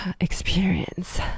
experience